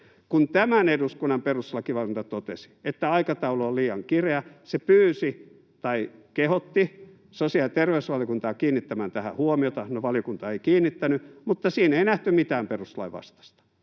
Kun tämän eduskunnan perustuslakivaliokunta totesi, että aikataulu on liian kireä, se pyysi, tai kehotti, sosiaali- ja terveysvaliokuntaa kiinnittämään tähän huomiota. No, valiokunta ei kiinnittänyt, mutta siinä ei nähty mitään perustuslain vastaista.